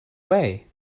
way